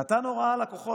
והוא נתן הוראה לכוחות.